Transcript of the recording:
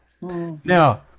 Now